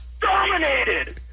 Dominated